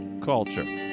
culture